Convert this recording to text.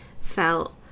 felt